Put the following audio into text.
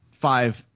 five